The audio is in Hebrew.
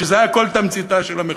שזה היה כל תמציתה של המחאה,